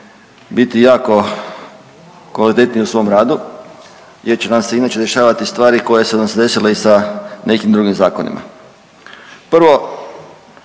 biti jako kvalitetni u svom radu jer će nam se inače dešavati stvari koje su nam se desile i da nekim drugim zakonima Prvo